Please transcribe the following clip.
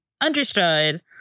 understood